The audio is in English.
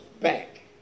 back